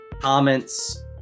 comments